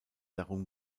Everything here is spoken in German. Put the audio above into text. darum